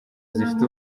zifite